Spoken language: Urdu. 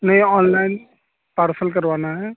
نہیں آن لائن پارسل کروانا ہے